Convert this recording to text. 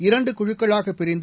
இரண்டு குழுக்களாகப் பிரிந்து